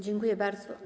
Dziękuję bardzo.